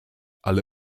ale